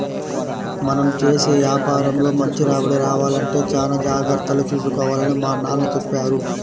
మనం చేసే యాపారంలో మంచి రాబడి రావాలంటే చానా జాగర్తలు తీసుకోవాలని మా నాన్న చెప్పారు